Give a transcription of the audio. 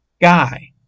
Guy